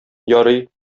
ярый